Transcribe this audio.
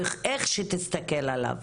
איך שתסתכל עליו.